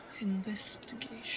Investigation